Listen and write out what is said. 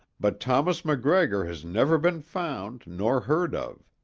but thomas macgregor has never been found nor heard of.